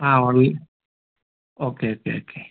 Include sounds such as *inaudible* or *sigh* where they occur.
ആ *unintelligible* okay okay okay